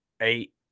eight